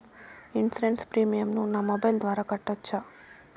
Insurance premium ను నా mobile ద్వారా కట్టొచ్చా?